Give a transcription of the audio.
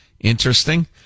Interesting